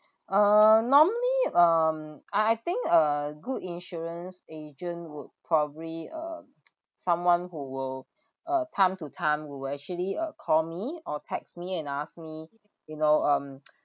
uh normally um I I think a good insurance agent would probably uh someone who will uh time to time will actually uh call me or text me and ask me you know um